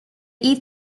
eat